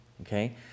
Okay